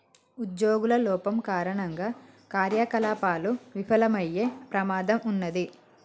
ఉజ్జోగుల లోపం కారణంగా కార్యకలాపాలు విఫలమయ్యే ప్రమాదం ఉన్నాది